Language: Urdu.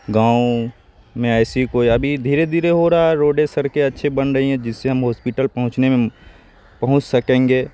گاؤں میں ایسی کوئی ابھی دھیرے دھیرے ہو رہا ہے روڈے سڑکیں اچھے بن رہی ہیں جس سے ہم ہاسپٹل پہنچنے میں پہنچ سکیں گے